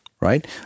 right